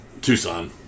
Tucson